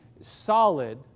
solid